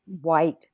white